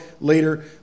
later